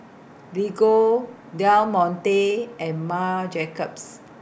Lego Del Monte and Marc Jacobs